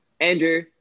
Andrew